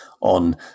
on